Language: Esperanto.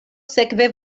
sekve